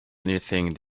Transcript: anything